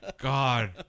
God